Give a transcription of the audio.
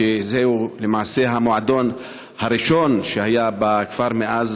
וזהו למעשה המועדון הראשון שהיה בכפר מאז